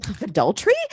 adultery